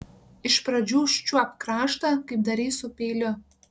iš pradžių užčiuopk kraštą kaip darei su peiliu